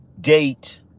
date